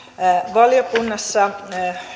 valiokunnassa